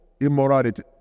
immorality